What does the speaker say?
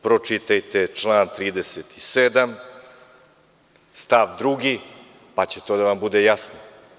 Pročitajte član 37. stav 2, pa će to da vam bude jasno.